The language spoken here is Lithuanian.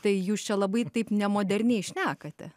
tai jūs čia labai taip nemoderniai šnekate